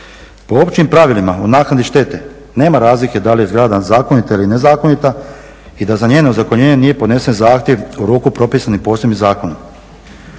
Po općim pravilima o naknadi štete nema razlike da li je zgrada zakonita ili nezakonita i da za njeno ozakonjenje nije podnesen zahtjev u roku propisanim posebnim zakonom.